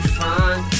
fine